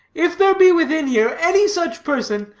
if there be within here any such person,